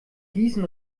gießen